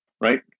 right